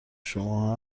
شماها